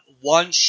one